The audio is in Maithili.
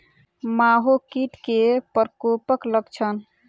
माहो कीट केँ प्रकोपक लक्षण?